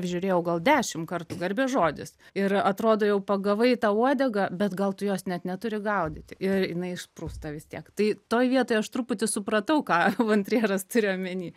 žiūrėjau gal dešim kartų garbės žodis ir atrodo jau pagavai tą uodegą bet gal tu jos net neturi gaudyti ir jinai išsprūsta vis tiek tai toj vietoj aš truputį supratau ką van trieras turi omeny